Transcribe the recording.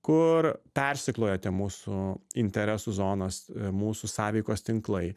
kur persikloja tie mūsų interesų zonos mūsų sąveikos tinklai